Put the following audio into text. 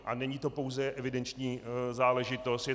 A není to pouze evidenční záležitost.